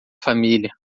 família